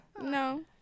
no